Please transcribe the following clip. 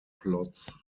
plots